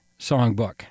songbook